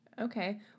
Okay